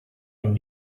and